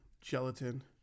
gelatin